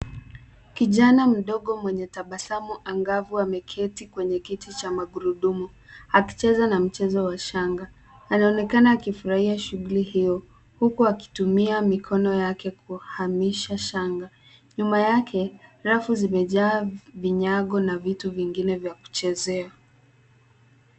Kijana mdogo mwenye tabasamu angavu ameketi kwenye kiti cha magurudumu akicheza na mchezo wa shanga. Anaonekana akifurahia shughuli hiyo huku akitumia mikono yake kuhamisha shanga. Nyuma yake rafu zimejaa vinyago na vitu vingine vya kuchezea.